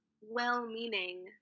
well-meaning